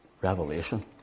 Revelation